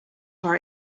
tore